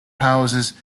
houses